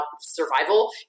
survival